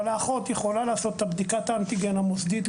אבל האחות יכולה לעשות את בדיקת האנטיגן המוסדית.